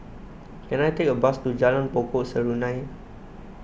can I take a bus to Jalan Pokok Serunai